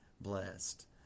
blessed